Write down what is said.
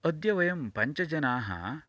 अद्य वयं पञ्चजनाः